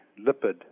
lipid